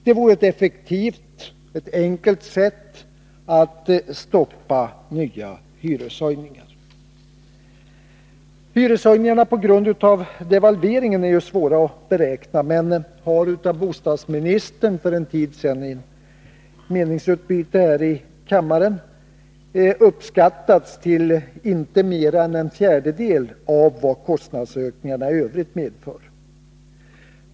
Det vore ett effektivt och enkelt sätt att stoppa nya hyreshöjningar. Hyreshöjningarna på grund av devalveringen är svåra att beräkna, men har av bostadsministern för en tid sedan under ett meningsutbyte här i kammaren uppskattats till inte mer än en fjärdedel av vad kostnadsökningarna i övrigt medför.